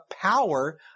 power